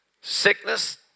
sickness